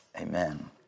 Amen